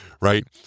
right